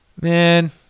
Man